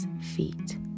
feet